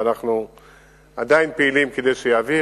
ואנחנו עדיין פועלים כדי שיעביר.